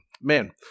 man